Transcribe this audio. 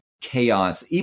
chaos